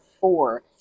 four